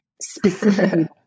specifically